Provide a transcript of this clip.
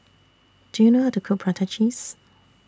Do YOU know How to Cook Prata Cheese